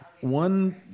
one